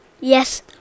Yes